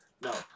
No